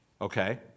Okay